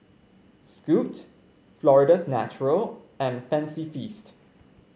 Scoot Florida's Natural and Fancy Feast